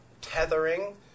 tethering